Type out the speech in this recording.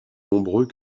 nombreux